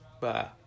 Bye